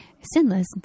sinless